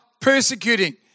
persecuting